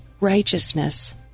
righteousness